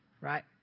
right